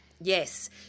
Yes